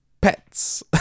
pets